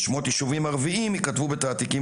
ושמות יישובים ערביים ייכתבו בתעתיקים